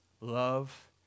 love